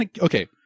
Okay